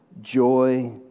joy